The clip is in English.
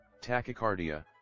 Tachycardia